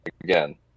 Again